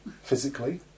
Physically